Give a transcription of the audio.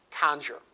conjure